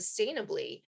sustainably